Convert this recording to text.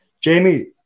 Jamie